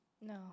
No